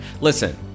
Listen